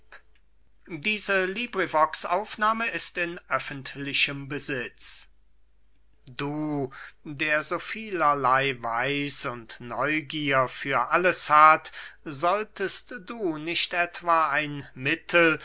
xxxv lais an aristipp du der so vielerley weiß und neugier für alles hat solltest du nicht etwa ein mittel